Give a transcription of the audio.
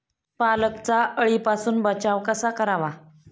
पालकचा अळीपासून बचाव कसा करावा?